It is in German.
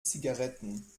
zigaretten